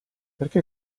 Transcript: perché